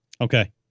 Okay